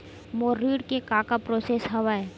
मोर ऋण के का का प्रोसेस हवय?